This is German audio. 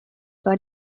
war